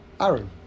Aaron